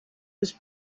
was